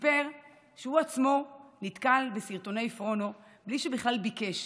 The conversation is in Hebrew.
סיפר שהוא עצמו נתקל בסרטוני פורנו בלי שבכלל ביקש.